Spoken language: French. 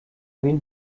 ville